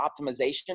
optimization